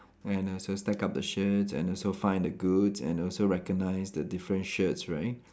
and have to stack up the shirts and also find the goods and also recognise the different shirts right